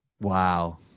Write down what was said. Wow